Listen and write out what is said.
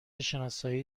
شناسایی